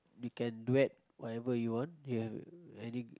you can duet whatever you want you have any